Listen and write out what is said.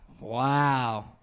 Wow